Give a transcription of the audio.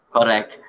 Correct